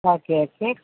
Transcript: okay okay